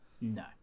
No